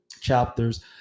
chapters